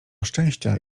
szczęścia